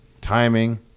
timing